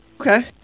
Okay